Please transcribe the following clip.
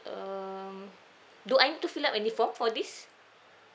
um do I need to fill up any form for this